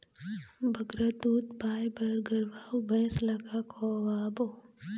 बगरा दूध पाए बर गरवा अऊ भैंसा ला का खवाबो?